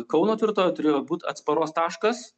kauno tvirtovė turėjo būt atsparos taškas